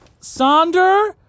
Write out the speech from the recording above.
Sonder